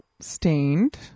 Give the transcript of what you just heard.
Stained